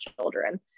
children